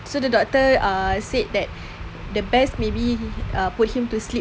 so the doctor ah said that the best maybe put him to sleep lah